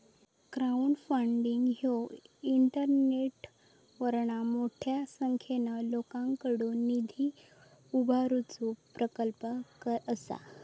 crowdfunding ह्यो इंटरनेटवरना मोठ्या संख्येन लोकांकडुन निधी उभारुचो प्रकल्प असा